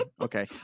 Okay